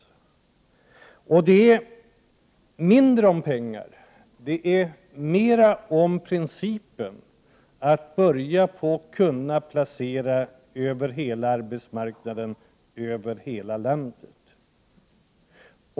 Det handlar dessutom här mindre om pengar och mera om principen att kunna placera dessa personer över hela arbetsmarknaden och över hela landet.